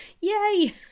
Yay